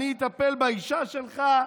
אני אטפל באישה שלך,